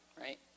right